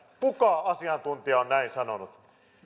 kuka asiantuntija on näin sanonut